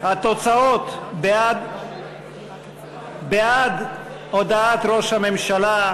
התוצאות: בעד הודעת ראש הממשלה,